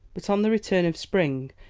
but, on the return of spring,